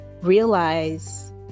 realize